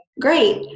great